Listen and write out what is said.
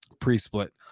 pre-split